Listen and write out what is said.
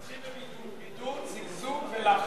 תתחיל במלים "בידוד", "זיגזוג" ו"לחץ".